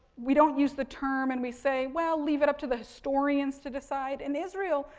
we don't use the term and we say we'll leave it up to the historians to decide. in israel,